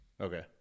Okay